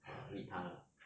err meet 她 lah